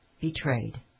Betrayed